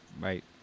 right